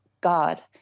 God